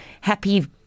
happy